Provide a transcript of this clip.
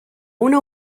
una